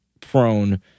prone